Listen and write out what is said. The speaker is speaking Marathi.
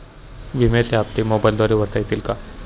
विम्याचे हप्ते मोबाइलद्वारे भरता येतील का?